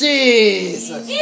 Jesus